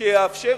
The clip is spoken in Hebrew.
שיאפשר